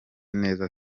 neza